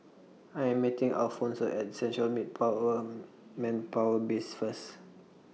I Am meeting Alphonso At Central Manpower Base First